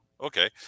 Okay